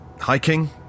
Hiking